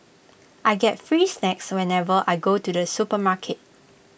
I get free snacks whenever I go to the supermarket